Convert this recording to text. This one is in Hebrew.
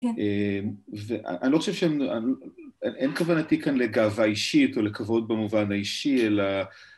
‫אני לא חושב שהם... ‫אין כוונתי כאן לגאווה אישית ‫או לכבוד במובן האישי, אלא...